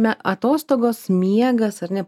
na atostogos miegas ar ne